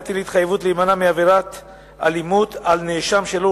להטיל התחייבות להימנע מעבירת אלימות על נאשם שלא